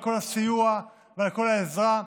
על כל הסיוע ועל כל העזרה.